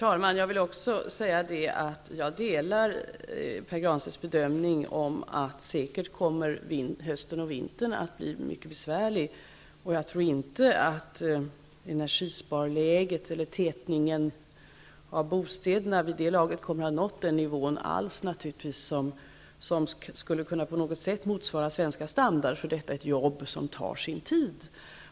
Herr talman! Jag delar Pär Granstedts uppfattning att hösten och vintern säkert kommer att bli mycket besvärliga i Baltikum. Jag tror inte att tätningen av bostäderna vid det laget kommer att ha nått en nivå som på något sätt skulle kunna motsvara svensk standard, utan detta är ett jobb som tar sin tid.